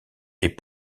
est